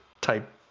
type